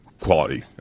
Quality